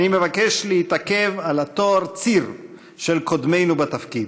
אני מבקש להתעכב על התואר "ציר" של קודמינו בתפקיד.